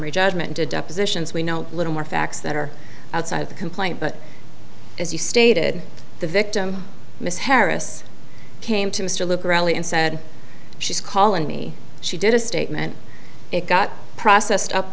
summary judgment to depositions we know little more facts that are outside of the complaint but as you stated the victim miss harris came to mr liberally and said she's calling me she did a statement it got processed up